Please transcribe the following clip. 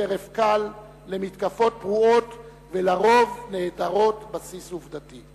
טרף קל למתקפות פרועות ולרוב נעדרות בסיס עובדתי.